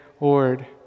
Lord